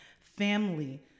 Family